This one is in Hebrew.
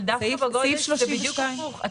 אבל דווקא בגודש זה בדיוק הפוך.